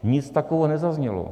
Nic takového nezaznělo.